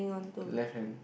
left hand